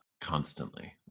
constantly